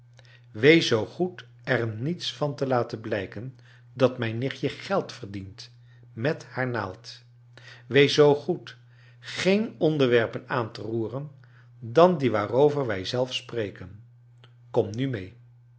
wees zoo goed er niets van te laten blijken dat mijn nichtje geld verdient met haar naald wees zoo goed geen onder wer pen aan te r oeren dan d ie waarover wij zelf spreken kom nu mee